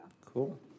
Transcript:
Cool